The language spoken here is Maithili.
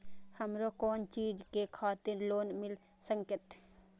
हमरो कोन चीज के खातिर लोन मिल संकेत?